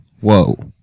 Whoa